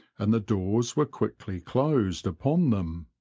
and the doors were quickly closed upon them.